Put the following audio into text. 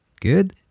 Good